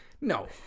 No